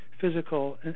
physical